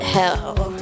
Hell